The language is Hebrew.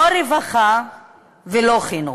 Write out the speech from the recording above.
לא רווחה ולא חינוך.